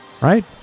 right